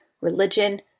religion